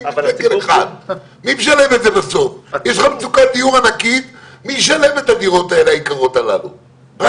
אבל מסגרת הדיון הנכונה היא לדון בדבר החקיקה שמונח